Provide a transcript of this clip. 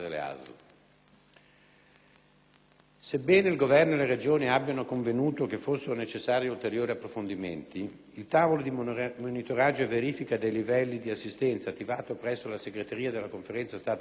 Sebbene il Governo e le Regioni abbiano convenuto che fossero necessari ulteriori approfondimenti, il tavolo di monitoraggio e verifica dei livelli di assistenza, attivato presso la segreteria della Conferenza Stato-Regioni,